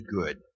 good